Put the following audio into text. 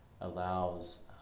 allows